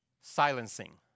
Silencing